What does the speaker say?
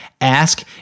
ask